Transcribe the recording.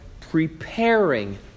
preparing